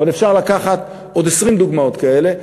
אבל אפשר לקחת עוד 20 דוגמאות כאלה,